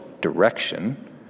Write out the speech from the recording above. direction